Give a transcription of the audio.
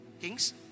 Kings